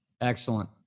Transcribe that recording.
excellent